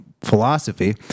philosophy